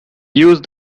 use